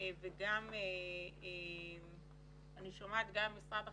ואני שומעת גם ממשרד החינוך.